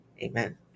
Amen